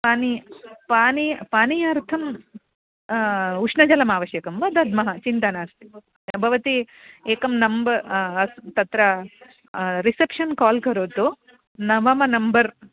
पानीयं पानीयं पानीयार्थम् उष्णजलम् आवश्यकं वा दद्मः चिन्ता नास्ति भवती एकं नम्बर् अ तत्र रिसेप्शन् काल् करोतु न मम नम्बर्